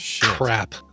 Crap